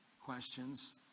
questions